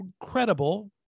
credible